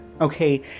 okay